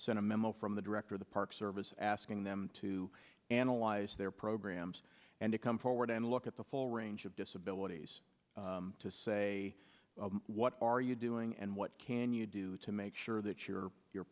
memo from the director the park service asking them to analyze their programs and to come forward and look at the full range of disability to say what are you doing and what can you do to make sure that your your